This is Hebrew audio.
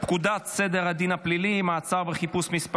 סדר הדין הפלילי (מעצר וחיפוש) (מס'